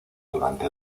durante